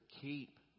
keep